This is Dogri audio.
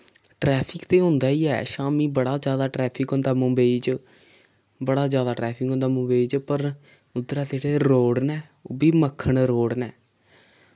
ट्रैफिक ते होंदा ही ऐ शाम्मी बड़ा जैदा ट्रैफिक होंदा मुंबई च बड़ा जैदा ट्रैफिक होंदा मुंबई च पर उद्धरा जेह्ड़े रोड़ नै ओह् बी मक्खन रोड़ नै